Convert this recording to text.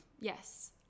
Yes